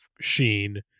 sheen